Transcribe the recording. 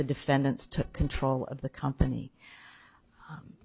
the defendants took control of the company